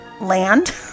land